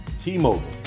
T-Mobile